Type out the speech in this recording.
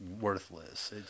worthless